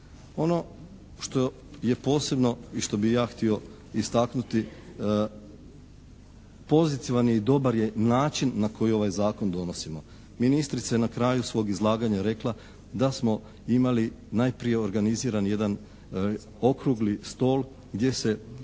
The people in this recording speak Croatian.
Ono što je posebno i što bi ja htio istaknuti, pozitivan i dobar je način na koji ovaj zakon donosimo. Ministrica je na kraju svog izlaganja rekla da smo imali najprije organizirani jedan okrugli stol gdje se